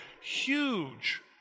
huge